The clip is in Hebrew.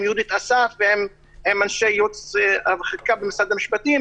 יהודית אסף ועם אנשי ייעוץ וחקיקה ממשרד המשפטים,